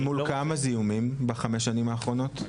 למול כמה זיהומים בחמש שנים האחרונות?